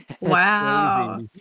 Wow